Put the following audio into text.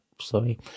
sorry